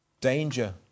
Danger